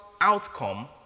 outcome